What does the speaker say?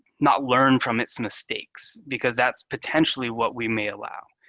not learn from its mistakes, because that's potentially what we may allow.